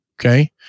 Okay